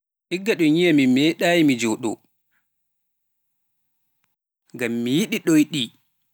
igga ɗum yiia mi medaayi me jooɗo, ngam mi yidi ɗoyɗi.